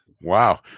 Wow